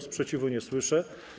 Sprzeciwu nie słyszę.